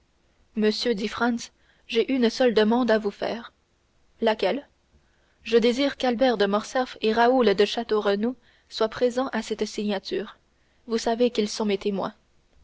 monsieur dit franz j'ai une seule demande à vous faire laquelle je désire qu'albert de morcerf et raoul de château renaud soient présents à cette signature vous savez qu'ils sont mes témoins